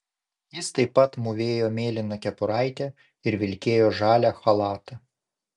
jis taip pat mūvėjo mėlyną kepuraitę ir vilkėjo žalią chalatą